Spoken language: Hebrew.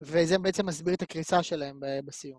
וזה בעצם מסביר את הקריסה שלהם בסיום.